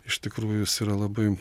iš tikrųjų jis yra labai